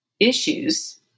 issues